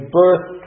birth